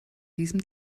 diesem